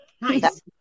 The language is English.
Nice